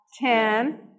ten